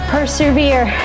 Persevere